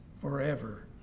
forever